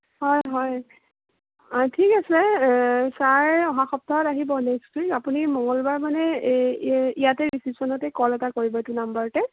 হয় হয় অঁ ঠিক আছে ছাৰ অহা সপ্তাহত আহিব নেক্সট উইক আপুনি মঙলবাৰ মানে এই এই ইয়াতে ৰিচিপচনতে কল এটা কৰিব এইটো নাম্বাৰতে